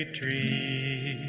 tree